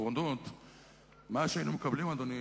מה קורה עכשיו?